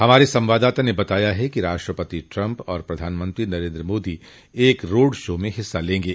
हमारे संवाददाता ने बताया कि राष्ट्रपति ट्रंप और प्रधानमंत्री नरेन्द्र मोदी एक रोड़ शो में हिस्सा लेंगे